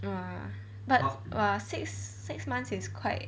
!wah! but !wah! six six months is quite